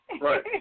Right